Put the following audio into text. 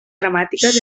dramàtiques